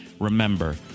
Remember